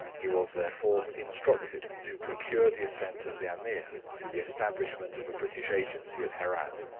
he was, therefore, instructed to procure the assent of the ameer to the establishment of a british agency at herat,